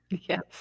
Yes